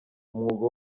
umwuga